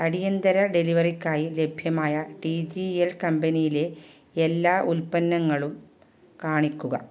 അടിയന്തര ഡെലിവറിക്കായി ലഭ്യമായ ടി ജി എൽ കമ്പനിയിലെ എല്ലാ ഉൽപ്പന്നങ്ങളും കാണിക്കുക